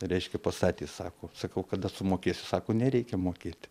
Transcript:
reiškia pastatė sako sakau kada sumokėsi sako nereikia mokėti